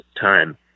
time